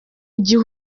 gihe